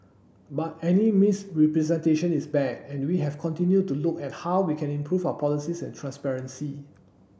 but any misrepresentation is bad and we have continued to look at how we can improve our policies and transparency